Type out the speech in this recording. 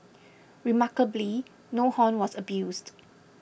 remarkably no horn was abused